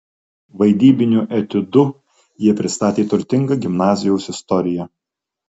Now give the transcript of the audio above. vaidybiniu etiudu jie pristatė turtingą gimnazijos istoriją